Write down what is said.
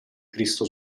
cristo